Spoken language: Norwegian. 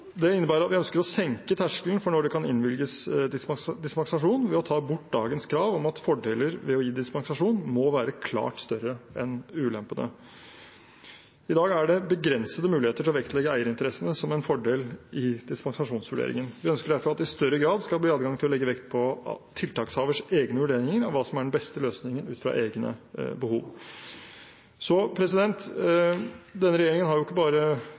Det innebærer at vi ønsker å senke terskelen for når det kan innvilges dispensasjon, ved å ta bort dagens krav om at fordelene ved å gi dispensasjon må være klart større enn ulempene. I dag er det begrensede muligheter til å vektlegge eierinteressene som en fordel i dispensasjonsvurderingen. Vi ønsker derfor at det i større grad skal bli adgang til å legge vekt på tiltakshaverens egne vurderinger av hva som er den beste løsningen ut fra egne behov. Så denne regjeringen har ikke bare